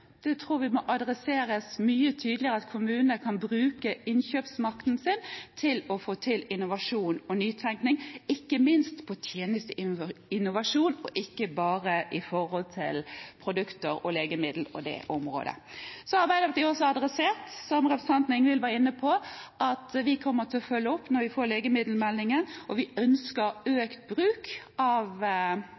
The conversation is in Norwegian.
tror det må adresseres mye tydeligere at kommunene kan bruke innkjøpsmakten sin til å få til innovasjon og nytenkning, ikke minst på tjenesteinnovasjon og ikke bare opp mot produkter og legemidler og det området. Så har Arbeiderpartiet også, som representanten Ingvild Kjerkol var inne på, adressert at vi kommer til å følge opp når vi får legemiddelmeldingen. Vi ønsker økt bruk av